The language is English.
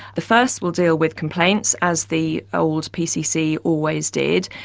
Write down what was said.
the first will deal with complaints as the old pcc always did.